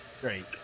Great